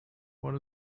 what